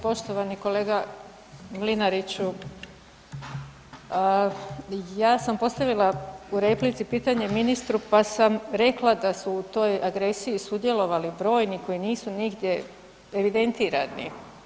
Poštovani kolega Mlinariću, ja sam postavila u replici pitanje ministru pa sam rekla da su u toj agresiji sudjelovali brojni koji nisu nigdje evidentirani.